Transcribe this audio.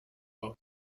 auf